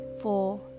four